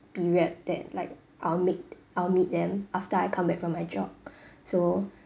period that like I'll meet I'll meet them after I come back from my job so